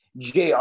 JR